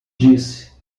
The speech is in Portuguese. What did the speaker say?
disse